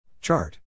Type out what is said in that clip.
Chart